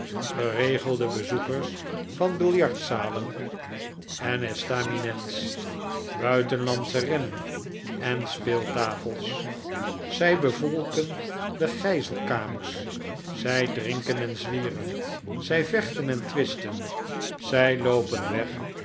geregelde bezoekers van biljartzalen en estaminets buitenlandsche rennen en speeltafels zij bevolken de gijzelkamers zij drinken en zwieren zij vechten en twisten zij loopen weg